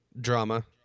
drama